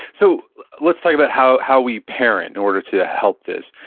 so let's talk about how how we parent in order to help this.